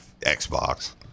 xbox